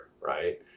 right